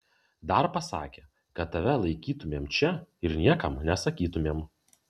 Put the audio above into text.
dar pasakė kad tave laikytumėm čia ir niekam nesakytumėm